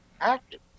active